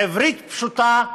בעברית פשוטה: